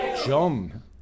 John